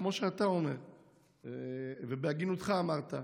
כמו שאתה אומר ובהגינותך אמרת,